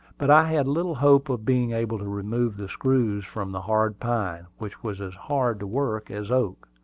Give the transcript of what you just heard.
but i had little hope of being able to remove the screws from the hard pine, which was as hard to work as oak.